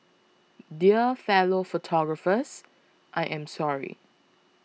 dear fellow photographers I am sorry